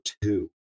two